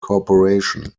corporation